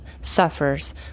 suffers